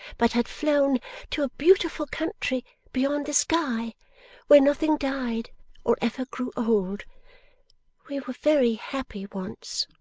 but had flown to a beautiful country beyond the sky where nothing died or ever grew old we were very happy once